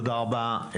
תודה רבה.